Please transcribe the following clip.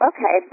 Okay